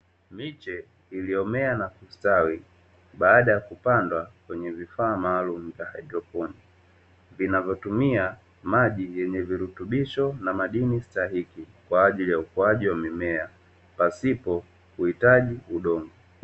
Miche iliomea na kustawi baada ya kupandwa kwenye vifaa maalum vya hydroponi, vinavotumia maji yenye virutubisho na madini stahiki kwa ajili ya ukuaji wa mimea.